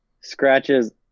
scratches